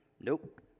Nope